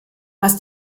was